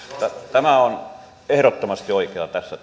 tämä on ehdottomasti oikein tässä